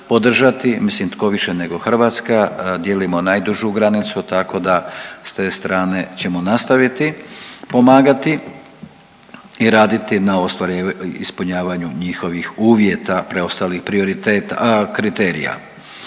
mislim tko više nego Hrvatska, dijelimo najdužu granicu tako da s te strane ćemo nastaviti pomagati i raditi na ispunjavanju njihovih uvjeta preostalih prioriteta, a kriterija.